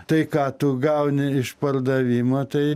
tai ką tu gauni išpardavimą tai